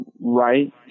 right